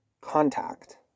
contact